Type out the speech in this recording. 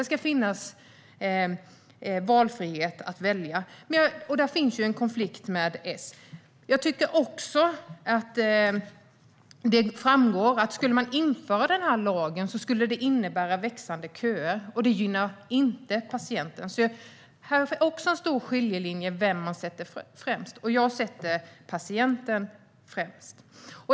Det ska finnas valfrihet. Där finns en konflikt med S. Det framgår att om lagen införs skulle köerna växa. Det gynnar inte patienterna. Här finns en stor skiljelinje i vem man sätter främst. Jag sätter patienten främst.